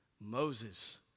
Moses